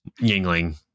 Yingling